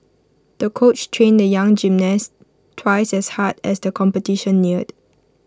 the coach trained the young gymnast twice as hard as the competition neared